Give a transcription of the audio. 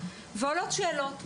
ועולות שאלות.